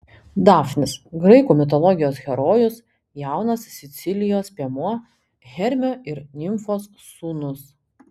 dafnis graikų mitologijos herojus jaunas sicilijos piemuo hermio ir nimfos sūnus